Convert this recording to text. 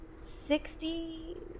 sixty